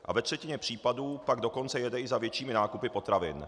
A ve třetině případů pak dokonce jede i za většími nákupy potravin.